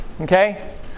okay